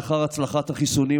לאחר הצלחת החיסונים,